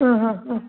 ആ ആ ആ